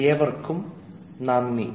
എല്ലാവർക്കും നന്ദി